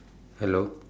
hello